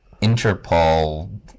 Interpol